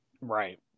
Right